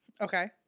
Okay